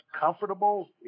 comfortable